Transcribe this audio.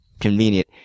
convenient